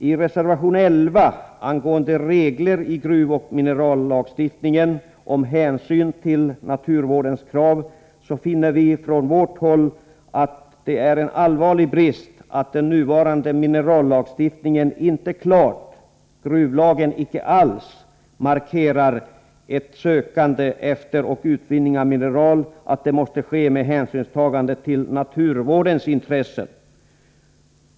I reservation 11 angående regler i gruvoch minerallagstiftningen om hänsyn till naturvårdens krav finner vi i folkpartiet det vara en allvarlig brist att den nuvarande minerallagstiftningen inte klart — gruvlagen icke alls — markerar att ett sökande efter och en utvinning av mineral måste ske med hänsynstagande till naturvårdens intressen.